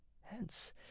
Hence